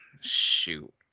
shoot